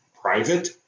private